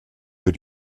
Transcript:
für